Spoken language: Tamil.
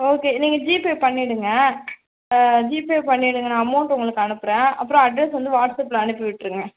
ஓகே நீங்கள் ஜிபே பண்ணிவிடுங்க ஜிபே பண்ணிவிடுங்க நான் அமௌண்ட்டு உங்களுக்கு அனுப்புகிறேன் அப்புறம் அட்ரஸ் வந்து வாட்ஸ்அப்பில் அனுப்பிவிட்டுருங்க